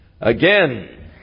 Again